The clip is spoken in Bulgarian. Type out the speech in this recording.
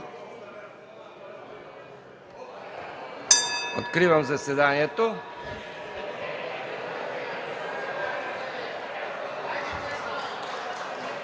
Откривам заседанието.